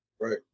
Right